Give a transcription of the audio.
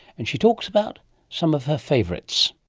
and she talks about some of her favourites.